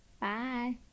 Bye